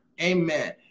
Amen